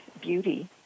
beauty